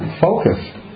focus